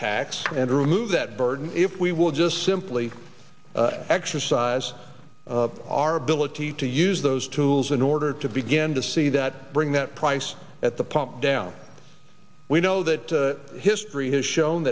tax and remove that burden if we will just simply exercise our ability to use those tools in order to begin to see that bring that price at the pump down we know that history has shown